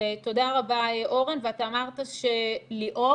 תודה רבה, אורן, ואתה אמרת שליאור